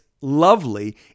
lovely